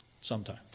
sometime